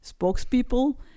spokespeople